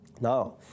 Now